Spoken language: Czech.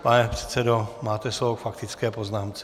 Pane předsedo, máte slovo k faktické poznámce.